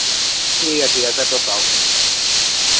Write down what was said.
ठीक ऐ ठीक ऐ फिर तुस आओ